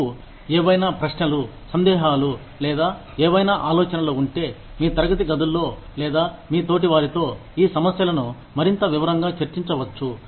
మీకు ఏవైనా ప్రశ్నలు సందేహాలు లేదా ఏవైనా ఆలోచనలు ఉంటే మీ తరగతి గదుల్లో లేదా మీ తోటివారితో ఈ సమస్యలను మరింత వివరంగా చర్చించవచ్చు